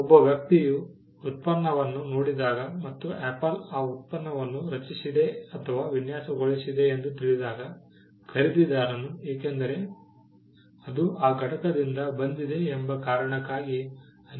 ಒಬ್ಬ ವ್ಯಕ್ತಿಯು ಉತ್ಪನ್ನವನ್ನು ನೋಡಿದಾಗ ಮತ್ತು ಆಪಲ್ ಆ ಉತ್ಪನ್ನವನ್ನು ರಚಿಸಿದೆ ಅಥವಾ ವಿನ್ಯಾಸಗೊಳಿಸಿದೆ ಎಂದು ತಿಳಿದಾಗ ಖರೀದಿದಾರನು ಏಕೆಂದರೆ ಅದು ಆ ಘಟಕದಿಂದ ಬಂದಿದೆ ಎಂಬ ಕಾರಣಕ್ಕಾಗಿ ಅನೇಕ ವಿಷಯಗಳನ್ನು ತಿಳಿಯುತ್ತಾನೆ